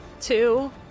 Two